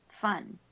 fun